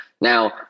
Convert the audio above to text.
Now